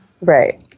right